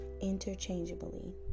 interchangeably